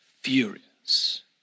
furious